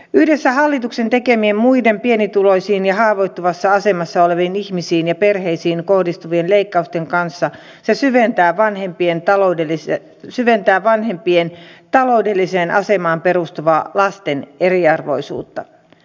yhdessä hallituksen tekemien muiden pienituloisiin ja haavoittuvassa asemassa oleviin ihmisiin ja perheisiin kohdistuvien leikkausten kanssa se syventää vanhempien taloudelliseen asemaan perustuvaa lasten eriarvoisuutta